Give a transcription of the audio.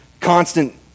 constant